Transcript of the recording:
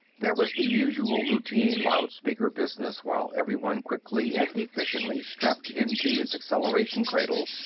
there was the usual routine loudspeaker-business while everyone quickly and efficiently strapped into his acceleration cradle,